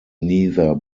neither